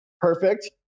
perfect